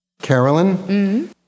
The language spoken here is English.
Carolyn